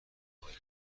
هایی